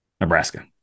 Nebraska